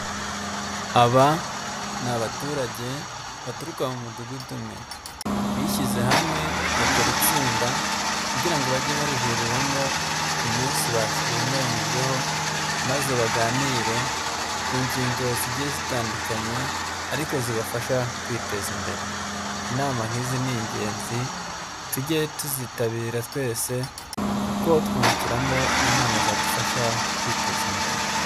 Aba ni abaturage baturuka mu mudugudu umwe. Bishyize hamwe bakora itsinda kugira ngo bajye barihuriramo, ku munsi bemeranyijweho maze baganire ku ngingo zigiye zitandukanye ariko zibafasha kwiteza imbere. Inama nk'izi ni ingenzi tuge tuzitabira twese kuko twungukiramo, inama zadufasha kwiteza imbere.